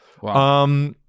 Wow